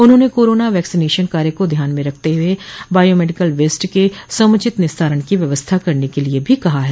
उन्होंने corona vaccination काय को ध्यान में रखते हुए बॉयोमेडिकल वेस्ट के समुचित निस्तारण की व्यवस्था करने के लिये भी कहा है